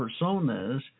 personas